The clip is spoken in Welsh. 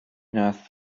wnaeth